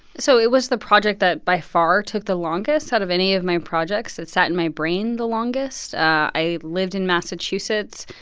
so it was the project that by far took the longest out of any of my projects. it sat in my brain the longest. i lived in massachusetts.